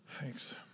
Thanks